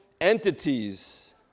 entities